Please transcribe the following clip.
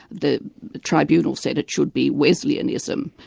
the tribunal said it should be wesleyanism,